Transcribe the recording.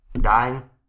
dying